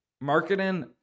marketing